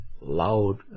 Loud